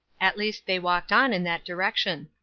at least they walked on in that direction.